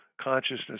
consciousness